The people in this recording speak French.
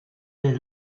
est